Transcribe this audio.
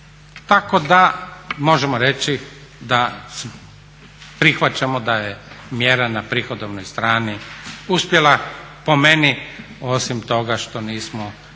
Tako da možemo reći da prihvaćamo da je mjera na prihodovnoj strani uspjela po meni osim toga što nismo išli